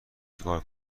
چکار